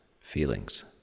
feelings